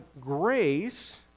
grace